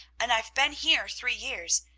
and i've been here three years,